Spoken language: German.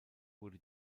wurde